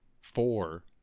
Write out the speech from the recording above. four